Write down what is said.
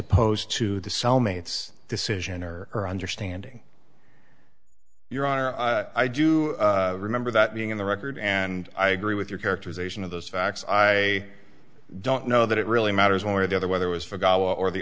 opposed to the cellmates decision or her understanding your honor i do remember that being in the record and i agree with your characterization of those facts i don't know that it really matters one way or the other whether was for god or the